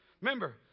Remember